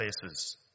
places